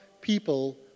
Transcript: people